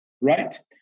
right